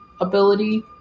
ability